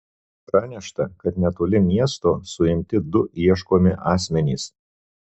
pranešta kad netoli miesto suimti du ieškomi asmenys